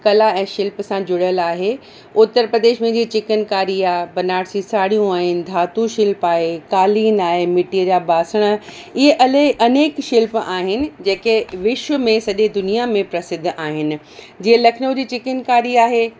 कला ऐं शिल्प सां जुड़ियल आहे उतर प्रदेश में जीअं चिकनकारी आहे बनारसी साड़ियूं आहिनि धातु शिल्प आहे कालीन आहे मिट्टीअ जा बासण इहे अले अनेक शिल्प आहिनि जेके विश्व में सॼे दुनिया में प्रसिध्द आहिनि जीअं लखनऊ जी चिकिनकारी आहे